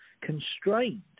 constrained